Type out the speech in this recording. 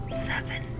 Seven